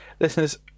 Listeners